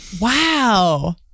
Wow